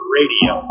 radio